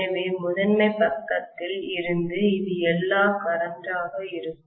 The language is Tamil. எனவே முதன்மை பக்கத்தில் இருந்து இது எல்லாம் கரண்ட் ஆக இருக்கும்